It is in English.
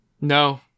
No